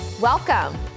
Welcome